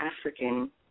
African